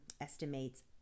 estimates